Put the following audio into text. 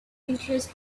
interest